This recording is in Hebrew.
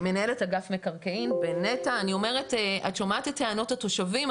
את שומעת את טענות התושבים.